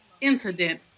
incident